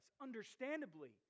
Understandably